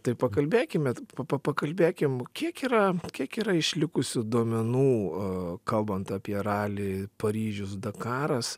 tai pakalbėkime papa pakalbėkim kiek yra kiek yra išlikusių duomenų kalbant apie ralį paryžius dakaras